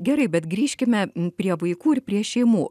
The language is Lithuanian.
gerai bet grįžkime prie vaikų ir prie šeimų